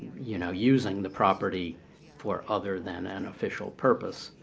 you know, using the property for other than unofficial purpose.